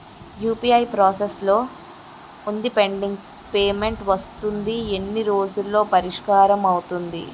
UPI process లో వుందిపెండింగ్ payment వస్తుంది ఎన్ని రోజుల్లో పరిష్కారం అవుతుంది